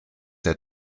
der